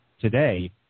today